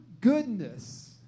goodness